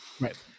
Right